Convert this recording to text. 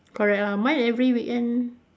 correct lah mine every weekend